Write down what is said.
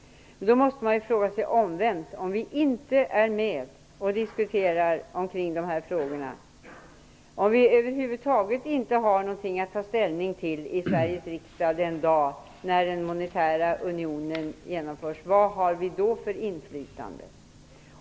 Men omvänt frågar jag då: Om vi inte är med och diskuterar de här frågorna och om vi över huvud taget inte har något att ta ställning till i Sveriges riksdag den dagen då den monetära unionen genomförs, vad har vi då för inflytande?